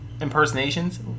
impersonations